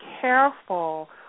careful